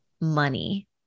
money